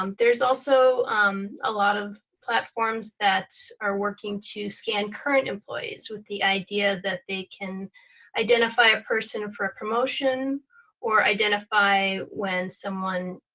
um there's also um a lot of platforms that are working to scan current employees with the idea that they can identify a person for a promotion or identify when